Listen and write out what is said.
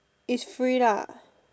is free lah